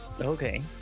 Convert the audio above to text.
Okay